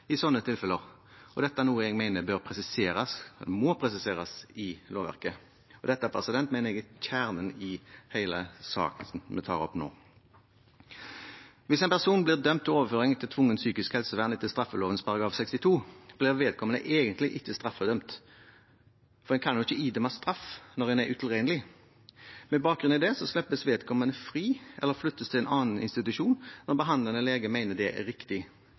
i slike tilfeller, og dette er noe jeg mener må presiseres i lovverket. Dette mener jeg er kjernen i hele saken som vi tar opp nå. Hvis en person dømmes til overføring til tvungent psykisk helsevern etter straffeloven § 62, blir vedkommende egentlig ikke blir straffedømt, for man kan jo ikke idømmes straff når man er utilregnelig. Med bakgrunn i det slippes vedkommende fri eller flyttes til annen institusjon, når behandlende lege mener det er riktig.